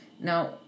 Now